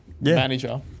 manager